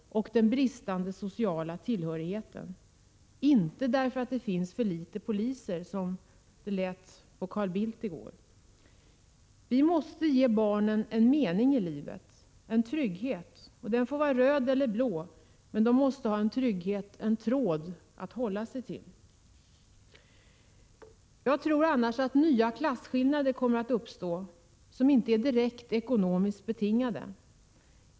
Det beror inte på att det finns för litet poliser, som det lät på Carl Bildt i går. Vi måste ge barnen en mening i livet, en trygghet, en röd eller blå tråd att hålla sig till. Det kommer annars att uppstå nya klasskillnader, som inte är direkt ekonomiskt betingade.